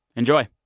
enjoy